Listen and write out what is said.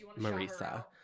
Marisa